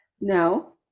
no